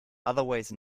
otherwise